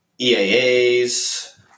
EAAs